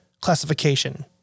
classification